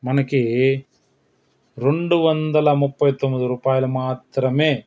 మనకి రెండు వందల ముప్పై తొమ్మిది రూపాయలు మాత్రమే